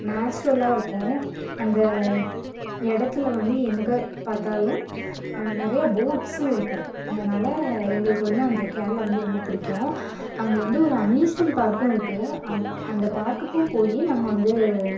நேச்சுரலாக இருக்கும் அந்த இடத்துல வந்து எங்கே பார்த்தாலும் நிறைய போட்ஸும் இருக்கும் அதனால் எங்களுக்கு வந்து அந்த கேரளா வந்து ரொம்ப பிடிக்கும் அங்கே வந்து ஒரு அம்யூஸ்மண்ட் பார்க்கும் இருக்கு அன் அந்த பார்க்குக்கும் போய் நாங்கள் வந்து